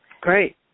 great